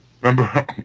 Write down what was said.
Remember